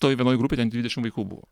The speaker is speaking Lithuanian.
toj vienoj grupėj ten dvidešim vaikų buvo